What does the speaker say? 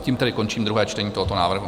Tím tedy končím druhé čtení tohoto návrhu.